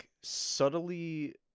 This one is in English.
subtly